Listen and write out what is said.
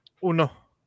Uno